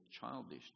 childish